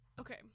Okay